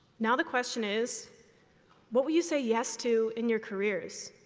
now the question is what will you say yes to in your careers,